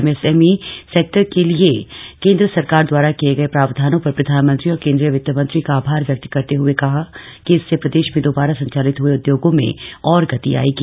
MSME sector के लिए केन्द्र सरकार द्वारा किए गए प्रावधानों पर प्रधानमंत्री और केन्द्रीय वित मंत्री का आभार व्यक्त करते हए कहा कि इससे प्रदेश में दोबारा संचालित हए उद्योगो में और गति आयेगी